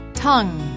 tongue